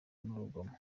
n’urugomo